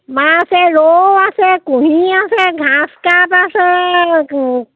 মাছ এই ৰৌ আছে কুঢ়ি আছে গ্ৰাছকাৰ্প আছে